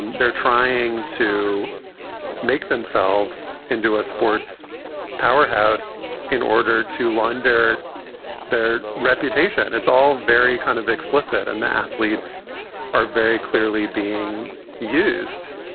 they're trying to make themselves into a sports powerhouse in order to launder their reputation. it's all very kind of explicit. and the athletes are very clearly being used